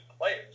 players